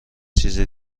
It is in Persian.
چیز